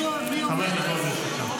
חמש דקות לרשותך.